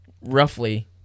roughly